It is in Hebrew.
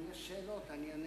אם יש שאלות, אני אענה.